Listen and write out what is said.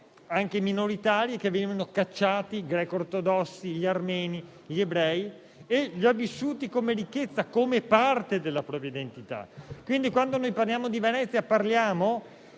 anche minoritari che venivano cacciati come i greco-ortodossi, gli armeni e gli ebrei. Li ha vissuti come ricchezza e come parte della propria identità. Quando parliamo di Venezia, parliamo